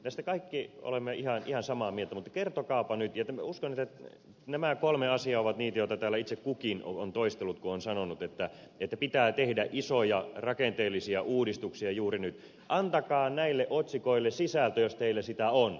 näistä kaikki olemme ihan samaa mieltä mutta kertokaapa nyt uskon että nämä kolme asiaa ovat niitä joita täällä itse kukin on toistellut kun on sanonut että pitää tehdä isoja rakenteellisia uudistuksia juuri nyt antakaa näille otsikoille sisältö jos teillä sitä on